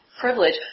privilege